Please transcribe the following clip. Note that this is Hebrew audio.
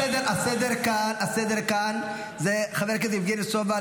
הסדר כאן זה חבר הכנסת יבגני סובה,